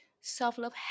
self-love